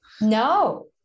no